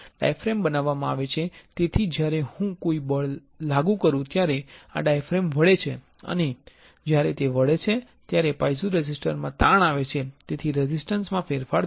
diaphragm બનાવવામાં આવે છે જેથી જ્યારે હું કોઈ બળ લાગુ કરું ત્યારે આ ડાયફ્રેમ વળે છે અને જ્યારે તે વળે છે ત્યારે પાઇઝોરેઝિસ્ટરમાં તાણ આવે છે અને તેથી રેઝિસ્ટન્સ માં ફેરફાર થાય છે